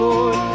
Lord